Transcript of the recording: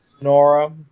Nora